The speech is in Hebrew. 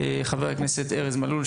חבר הכנסת ארז מלול,